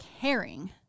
caring